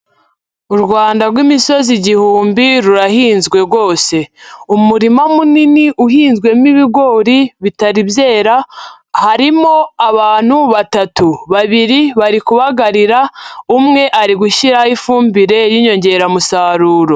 U Rwanda rw'imisozi igihumbi rurahinzwe rwose. Umurima munini uhinzwemo ibigori bitari byera, harimo abantu batatu, babiri bari kubagarira umwe ari gushyiraho ifumbire y'inyongeramusaruro.